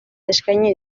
eskaini